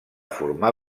formar